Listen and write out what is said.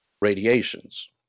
radiations